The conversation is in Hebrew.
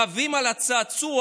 רבים על צעצוע,